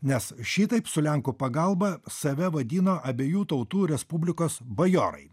nes šitaip su lenkų pagalba save vadino abiejų tautų respublikos bajorai